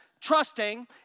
trusting